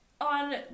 On